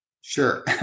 Sure